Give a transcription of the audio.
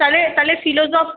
তাহলে তাহলে ফিলোজফ